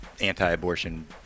anti-abortion